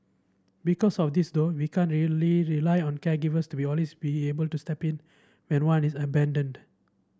because of this though we can't really rely on caregivers to be always be able to step in when one is abandoned